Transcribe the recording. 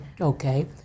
Okay